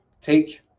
take